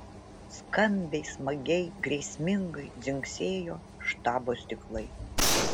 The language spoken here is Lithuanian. skambiai smagiai grėsmingai dzingsėjo štabo stiklai